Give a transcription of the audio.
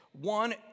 One